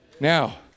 Now